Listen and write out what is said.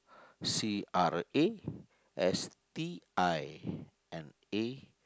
C R A S T I N A